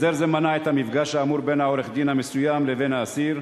הסדר זה מנע את המפגש האמור בין עורך-הדין המסוים לבין האסיר,